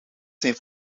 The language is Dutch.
zijn